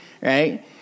Right